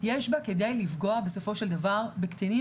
יש בה כדי לפגוע בסופו של דבר בקטינים